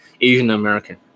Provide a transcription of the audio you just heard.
asian-american